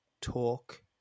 talk